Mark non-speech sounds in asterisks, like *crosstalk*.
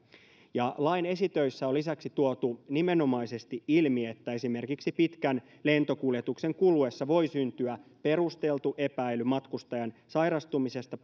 lain esitöissä on lisäksi tuotu nimenomaisesti ilmi että esimerkiksi pitkän lentokuljetuksen kuluessa voi syntyä perusteltu epäily matkustajan sairastumisesta *unintelligible*